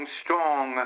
strong